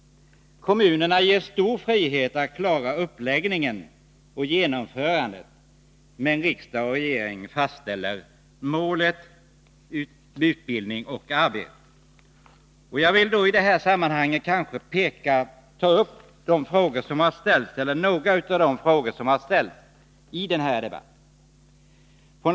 Kommunerna ges stor frihet att klara uppläggningen och genomförandet, men riksdag och regering fastställer målet — utbildning eller arbete. Jag vill i detta sammanhang ta upp några av de frågor som har ställts i den här debatten.